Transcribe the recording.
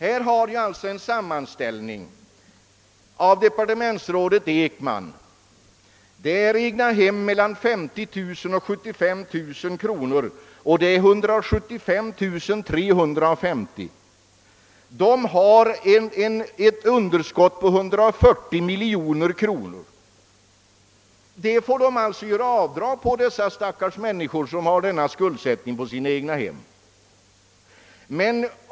Här har jag alltså en sammanställning av departementsrådet Ekman: 175 350 egna hem värda mellan 50 000 och 75 000 kronor har ett underskott på 140 miljoner kronor. De stackars människor som har denna skuldsättning på sina egna hem får alltså göra avdrag med detta belopp.